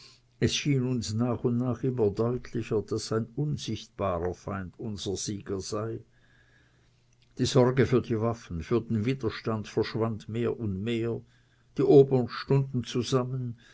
es schien uns nach und nach immer deutlicher daß ein unsichtbarer feind unser sieger sei die sorge für die waffen für den widerstand verschwand mehr und mehr die obern stunden zusammen